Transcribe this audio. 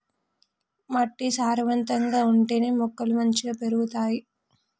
మట్టి సారవంతంగా ఉంటేనే మొక్కలు మంచిగ పెరుగుతాయి